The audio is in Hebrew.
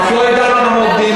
את לא יודעת כמה עובדים,